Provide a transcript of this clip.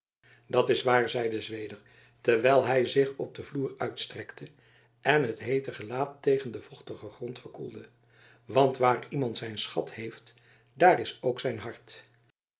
dat is waar zeide zweder terwijl hij zich op den vloer uitstrekte en het heete gelaat tegen den vochtigen grond verkoelde want waar iemand zijn schat heeft daar is ook zijn hart